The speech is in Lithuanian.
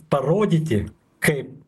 parodyti kaip